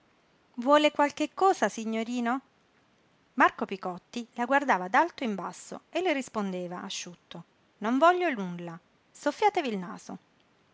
vuole qualche cosa signorino marco picotti la guardava d'alto in basso e le rispondeva asciutto non voglio nulla soffiatevi il naso